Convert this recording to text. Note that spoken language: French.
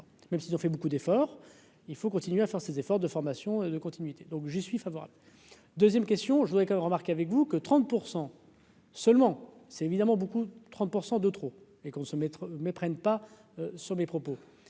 même si ils ont fait beaucoup d'efforts, il faut continuer à faire ses efforts de formation de continuité, donc j'y suis favorable 2ème question je voudrais qu'remarque avec vous que 30 % seulement c'est évidemment beaucoup 30 % de trop et qu'on se mettre méprenne pas sur mes propos